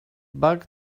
back